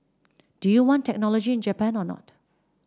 do you want technology in Japan or not